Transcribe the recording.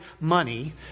money